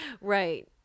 right